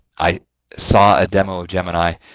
i saw a demo of gemini.